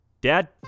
Dad